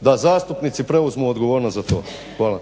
da zastupnici preuzmu odgovornost za to. Hvala.